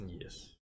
yes